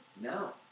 No